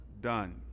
done